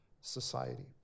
society